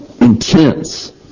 intense